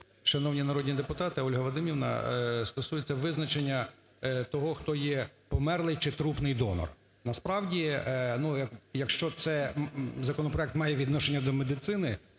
Шановні народні депутати, Ольга Вадимівна! Стосується визначення того, хто є померлий чи трупний донор. Насправді, якщо це законопроект має відношення до медицини,